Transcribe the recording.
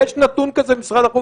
יש נתון כזה במשרד החוץ?